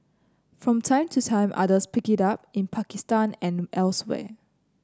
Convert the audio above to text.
from time to time others pick it up in Pakistan and elsewhere